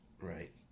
Right